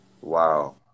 Wow